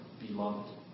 beloved